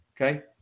Okay